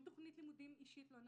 שום תוכנית לימודים אישית לא נעשתה.